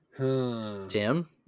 Tim